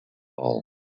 ball